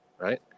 right